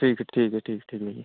ठीक है ठीक हैं ठीक ठीक है भैया